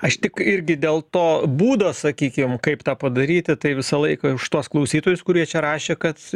aš tik irgi dėl to būdo sakykim kaip tą padaryti tai visą laiką už tuos klausytojus kurie čia rašė kad